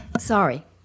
Sorry